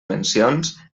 mencions